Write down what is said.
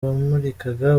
bamurikaga